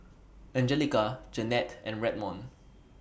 Angelica Jennette and Redmond